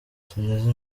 tugeze